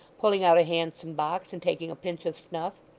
pulling out a handsome box, and taking a pinch of snuff.